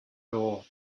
door